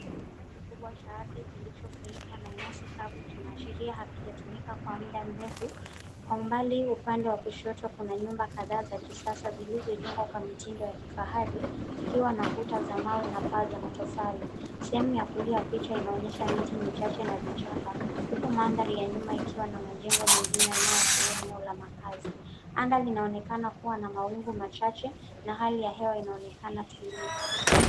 Kiwanja kikubwa cha ardhi kilichofunikwa na nyasi kavu kinaashiria hakijatumika kwa muda mrefu. Kwa umbali upande wa kushoto kuna nyumba kadhaa za kisasa zilizojengwa kwa mitindo ya kifahari zikiwa na kuta za mawe na paa za matofali. Sehemu ya kulia ya picha inaonyesha mti michache na vichaka, huku mandhari ya nyuma ikiwa na majengo mengine yanayoashiria eneo la makazi. Anga linaonekana kuwa na mawingu machache na hali ya hewa inaonekana tulivu.